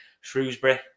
Shrewsbury